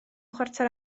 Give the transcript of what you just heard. chwarter